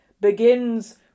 begins